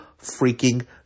freaking